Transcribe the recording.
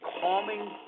calming